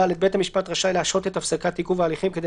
(ד) בית המשפט רשאי להשהות את הפסקת עיכוב ההליכים כדי